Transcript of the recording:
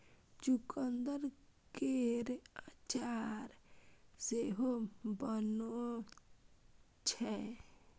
चुकंदर केर अचार सेहो बनै छै